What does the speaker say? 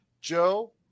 Joe